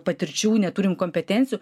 patirčių neturim kompetencijų